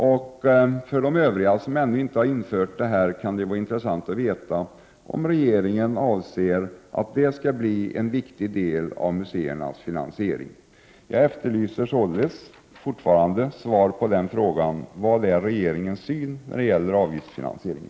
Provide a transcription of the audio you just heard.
Och för de museer som ännu inte har infört sådan avgift kunde det vara intressant att veta om regeringen avser att sådan finansiering skall bli en viktig del av museernas finansiering. Jag efterlyser således fortfarande svar på frågan: Vad är regeringens syn på en avgiftsfinansiering?